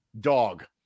dog